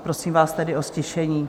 Prosím vás tedy o ztišení.